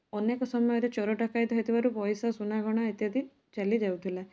ଅନେକ ସମୟରେ ଚୋର ଡକାୟତ ହେଉଥିବାରୁ ପଇସା ସୁନା ଗହଣା ଇତ୍ୟାଦି ଚାଲିଯାଉଥିଲା